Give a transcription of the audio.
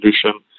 solution